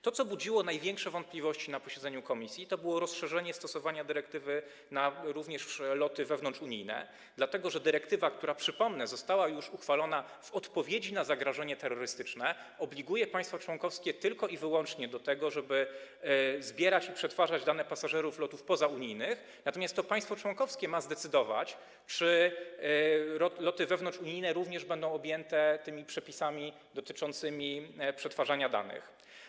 To, co budziło największe wątpliwości na posiedzeniu komisji, to było rozszerzenie zakresu stosowania dyrektywy również na loty wewnątrzunijne, dlatego że dyrektywa, która, przypomnę, została uchwalona w odpowiedzi na zagrożenie terrorystyczne, obliguje państwa członkowskie tylko i wyłącznie do tego, żeby zbierać i przetwarzać dane pasażerów lotów pozaunijnych, natomiast to państwo członkowskie ma zdecydować, czy loty wewnątrzunijne również będą objęte przepisami dotyczącymi przetwarzania danych.